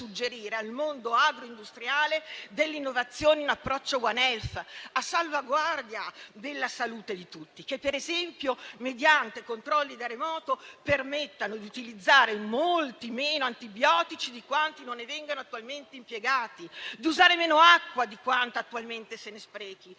al mondo agroindustriale delle innovazioni in approccio *one-health*, a salvaguardia della salute di tutti, che per esempio permettano, mediante controlli da remoto, di utilizzare molti meno antibiotici di quanti non ne vengano attualmente impiegati; di usare meno acqua di quanta attualmente se ne sprechi;